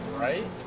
right